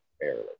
fairly